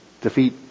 defeat